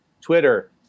Twitter